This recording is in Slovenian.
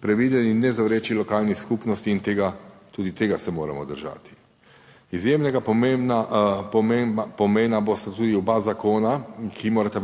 previden in ne zavreči lokalnih skupnosti in tega, tudi tega se moramo držati. Izjemnega pomena bosta tudi oba zakona, ki morata